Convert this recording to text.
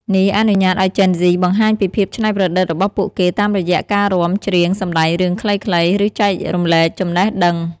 នេះអនុញ្ញាតឱ្យជេនហ្ស៊ីបង្ហាញពីភាពច្នៃប្រឌិតរបស់ពួកគេ តាមរយៈការរាំ ច្រៀង សម្ដែងរឿងខ្លីៗ ឬចែករំលែកចំណេះដឹង។